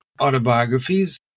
autobiographies